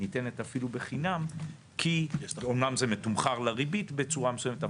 ניתנת אפילו בחינם כי אומנם זה מתומחר לריבית בצורה מסוימת,